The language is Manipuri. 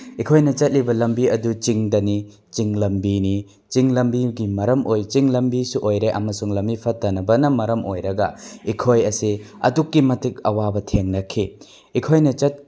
ꯑꯩꯈꯣꯏꯅ ꯆꯠꯂꯤꯕ ꯂꯝꯕꯤ ꯑꯗꯨ ꯆꯤꯡꯗꯅꯤ ꯆꯤꯡ ꯂꯝꯕꯤꯅꯤ ꯆꯤꯡ ꯂꯝꯕꯤꯒꯤ ꯃꯔꯝ ꯑꯣꯏ ꯆꯤꯡ ꯂꯝꯕꯤꯁꯨ ꯑꯣꯏꯔꯦ ꯑꯃꯁꯨꯡ ꯂꯝꯕꯤ ꯐꯠꯇꯕꯅ ꯃꯔꯝ ꯑꯣꯏꯔꯒ ꯑꯩꯈꯣꯏ ꯑꯁꯤ ꯑꯗꯨꯛꯀꯤ ꯃꯇꯤꯛ ꯑꯋꯥꯕ ꯊꯦꯡꯅꯈꯤ ꯑꯩꯈꯣꯏꯅ ꯆꯠ